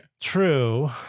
True